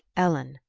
ellen,